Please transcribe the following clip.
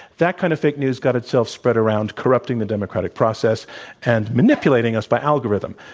that kind of fake news got itself spread around corrupting the democratic process and manipulating us by algorithm.